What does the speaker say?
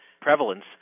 prevalence